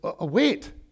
wait